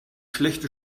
schlechte